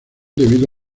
debido